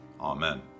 Amen